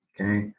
Okay